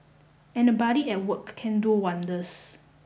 and a buddy at work can do wonders